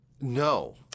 No